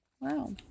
Wow